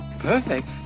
perfect